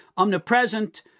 Omnipresent